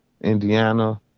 Indiana